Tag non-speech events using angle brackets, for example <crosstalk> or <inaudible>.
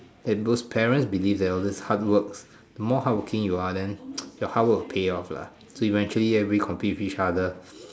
and those parents believe that all this hardworks the more hardworking you are then <noise> your hardwork will pay off lah eventually everybody compete with each other